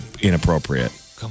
inappropriate